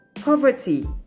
poverty